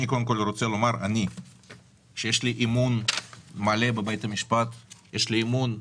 אני רוצה לומר שיש לי אמון מלא בבית המשפט ובבג"ץ.